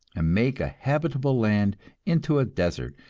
and make a habitable land into a desert,